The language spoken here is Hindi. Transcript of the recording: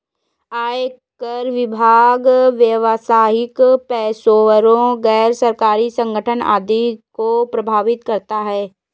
आयकर विभाग व्यावसायिक पेशेवरों, गैर सरकारी संगठन आदि को प्रभावित करता है